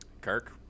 Kirk